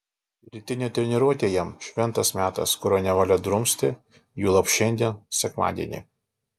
rytinė treniruotė jam šventas metas kurio nevalia drumsti juolab šiandien sekmadienį